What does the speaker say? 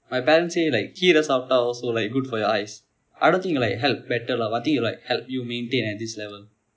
my parents say like கீரை சாப்பிட்டால்:keerai saapitaal also like good for your eyes I don't think it will like help better lah but I think it will like help you maintain at this level